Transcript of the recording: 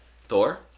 Thor